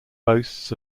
boasts